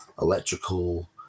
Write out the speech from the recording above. electrical